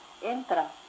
entra